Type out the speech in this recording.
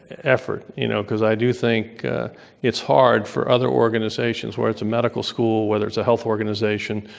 effort, you know, because i do think it's hard for other organizations, whether it's a medical school, whether it's a health organization,